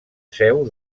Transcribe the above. seu